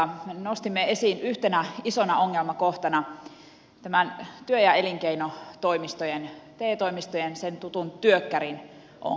me nostimme esiin yhtenä isona ongelmakohtana näiden työ ja elinkeinotoimistojen te toimistojen sen tutun työkkärin ongelmat